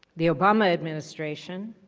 the obama administration